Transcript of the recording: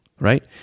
right